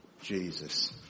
Jesus